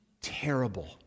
terrible